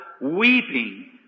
weeping